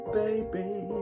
baby